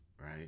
right